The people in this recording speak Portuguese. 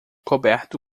coberto